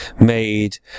made